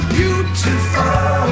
beautiful